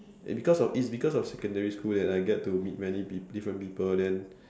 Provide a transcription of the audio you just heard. it's because it's because of secondary school that I get to meet many pe~ different people then